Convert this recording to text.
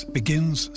begins